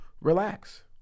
relax